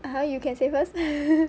(uh huh) you can say first